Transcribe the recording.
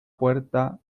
puerta